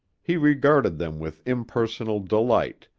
he regarded them with impersonal delight,